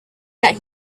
that